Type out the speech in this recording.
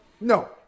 No